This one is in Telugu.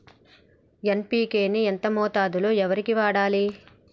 ఎన్.పి.కే ని ఎంత మోతాదులో వరికి వాడాలి?